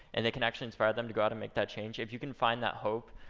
and they can actually inspire them to go out and make that change, if you can find that hope,